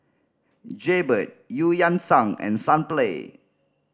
Jaybird Eu Yan Sang and Sunplay